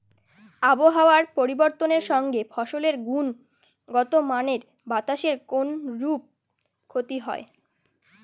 আবহাওয়ার পরিবর্তনের সঙ্গে ফসলের গুণগতমানের বাতাসের কোনরূপ ক্ষতি হয়?